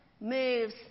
moves